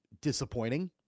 disappointing